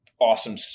awesome